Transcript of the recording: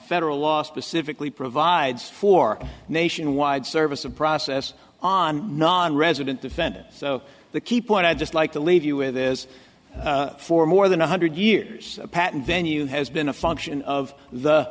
federal law specifically provides for nationwide service of process on nonresident defendants so the key point i'd just like to leave you with is for more than one hundred years a patent venue has been a function of the